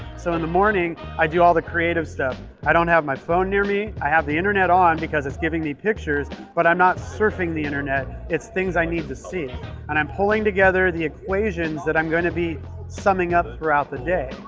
so in the morning, i do all the creative stuff. i don't have my phone near me. i have the internet on because it's giving me pictures, but i'm not surfing the internet. it's things i need to see and i'm pulling together the equations that i'm gonna be summing up throughout the day.